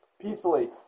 peacefully